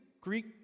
Greek